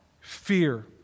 Fear